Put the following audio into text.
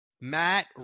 Matt